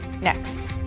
next